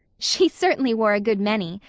she certainly wore a good many.